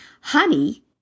Honey